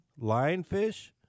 lionfish